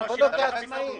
זה מכלול שתלוי אחד בשני.